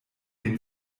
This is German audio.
den